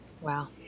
Wow